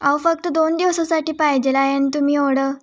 आहो फक्त दोन दिवसासाठी पाहिजेल आहे आणि तुम्ही एवढं